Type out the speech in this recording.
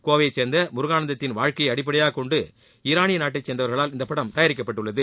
கோவையை சேர்ந்த முருகானந்ததின் வாழ்க்கையை அடிப்படையாக கொண்டு ஈரானிய நாட்டைச் சேர்ந்தவரால் இந்தப் படம் தயாரிக்கப்பட்டுள்ளது